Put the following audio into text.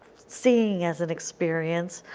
seeing as an experience,